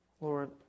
Lord